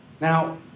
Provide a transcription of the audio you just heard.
Now